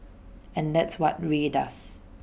and that's what Rae does